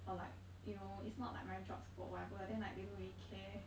or like you know it's not like my job scope whatever then like they don't really care